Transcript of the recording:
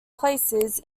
places